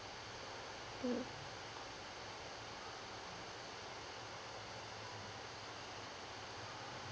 mm